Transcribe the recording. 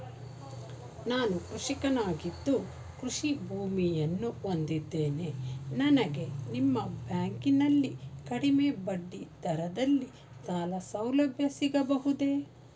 ನಾನು ಕೃಷಿಕನಾಗಿದ್ದು ಕೃಷಿ ಭೂಮಿಯನ್ನು ಹೊಂದಿದ್ದೇನೆ ನನಗೆ ನಿಮ್ಮ ಬ್ಯಾಂಕಿನಲ್ಲಿ ಕಡಿಮೆ ಬಡ್ಡಿ ದರದಲ್ಲಿ ಸಾಲಸೌಲಭ್ಯ ಸಿಗಬಹುದೇ?